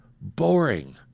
boring